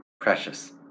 precious